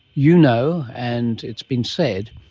you know and it's been said,